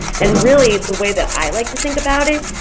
and really is the way that i like to think about it,